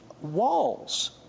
walls